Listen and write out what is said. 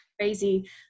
crazy